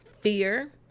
fear